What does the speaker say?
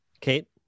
Kate